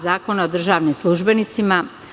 Zakona o državnim službenicima.